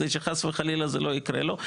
כדי שחס וחלילה זה לא יקרה לו.